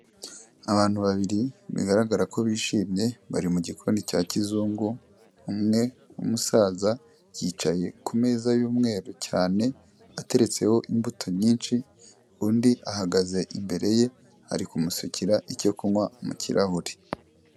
Abantu babiri bigaragara ko bishimye bari mu gikoni cya kizungu, umwe w'umusaza yicaye ku meza y'umweru cyane ateretseho imbuto nyinshi, undi ahagaze imbere ye ari kumusukira icyo kunywa mu kirahure.